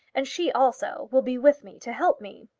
and she, also, will be with me, to help me.